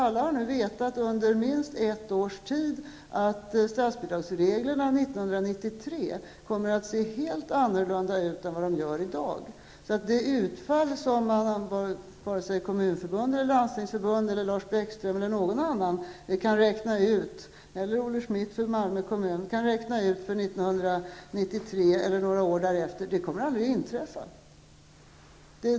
Alla har nu vetat under minst ett års tid att statsbidragsreglerna 1993 kommer att se helt annorlunda ut än de gör i dag. Det utfall som Bäckström eller Olle Schmidt från Malmö kommun kan räkna ut för 1993 eller några år därefter kommer aldrig att inträffa.